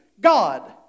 God